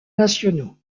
nationaux